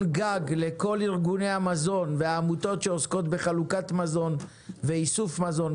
גג לכל ארגוני המזון והעמותות שעוסקות בחלוקת מזון ואיסוף מזון,